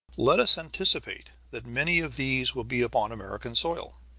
let us anticipate that many of these will be upon american soil.